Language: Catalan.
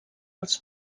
els